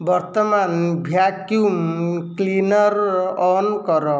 ବର୍ତ୍ତମାନ vacuum cleaner on କର